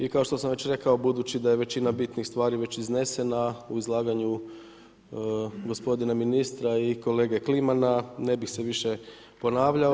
I kao što sam već rekao budući da je većina bitnih stvari već iznesena u izlaganju gospodina ministra i kolege Klimana, ne bih se više ponavljao.